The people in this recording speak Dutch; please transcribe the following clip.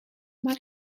maar